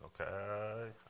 Okay